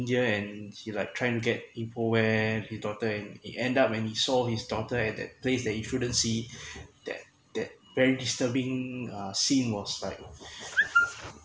india and he like try to get info where his daughter and he end up when he saw his daughter at that place he shouldn't see that that very disturbing uh scene was like